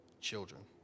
children